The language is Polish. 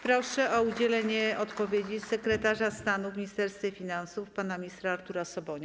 Proszę o udzielenie odpowiedzi sekretarza stanu w Ministerstwie Finansów pana ministra Artura Sobonia.